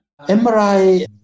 MRI